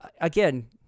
again